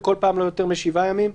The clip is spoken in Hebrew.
וכל פעם לא יותר משבעה ימים.